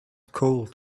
cold